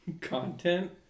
content